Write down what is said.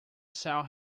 sell